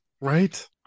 Right